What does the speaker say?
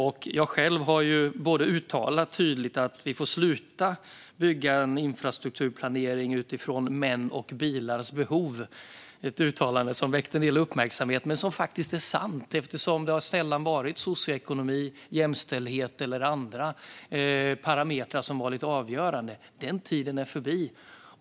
Jag har själv tydligt uttalat att vi får sluta bygga infrastruktur planerad utifrån män och bilar, ett uttalande som väckte en del uppmärksamhet men som faktiskt är sant eftersom det sällan har varit socioekonomi, jämställdhet eller andra parametrar som varit avgörande. Den tiden är förbi.